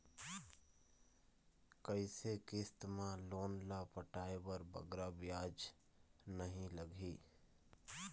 कइसे किस्त मा लोन ला पटाए बर बगरा ब्याज नहीं लगही?